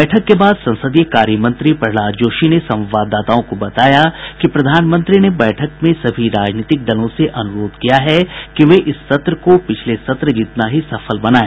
बैठक के बाद संसदीय कार्य मंत्री प्रह्लाद जोशी ने संवाददाताओं को बताया कि प्रधानमंत्री ने बैठक में सभी राजनीतिक दलों से अनुरोध किया है कि वे इस सत्र को पिछले सत्र जितना ही सफल बनाए